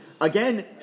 Again